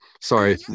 sorry